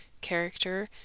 character